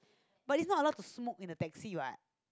but is not a lot to smoke in the taxi what